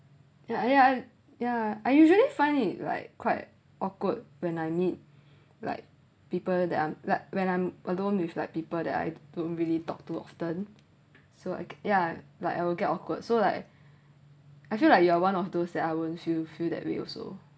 yeah yeah yeah I usually find it like quite awkward when I need like people that I'm like when I'm alone with like people that I don't really talk too often so I like yeah like I will get awkward so like I feel like you are one of those that I won't feel feel that way also